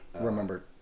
remember